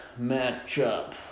matchup